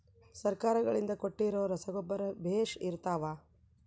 ಸರ್ಕಾರಗಳಿಂದ ಕೊಟ್ಟಿರೊ ರಸಗೊಬ್ಬರ ಬೇಷ್ ಇರುತ್ತವಾ?